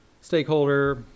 stakeholder